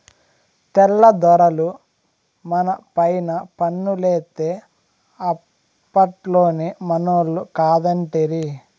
తెల్ల దొరలు మనపైన పన్నులేత్తే అప్పట్లోనే మనోళ్లు కాదంటిరి